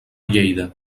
lleida